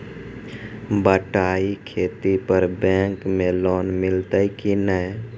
बटाई खेती पर बैंक मे लोन मिलतै कि नैय?